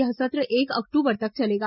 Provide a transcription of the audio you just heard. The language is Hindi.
यह सत्र एक अक्टूबर तक चलेगा